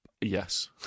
Yes